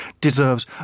deserves